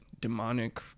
demonic